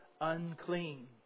Unclean